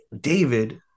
David